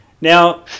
Now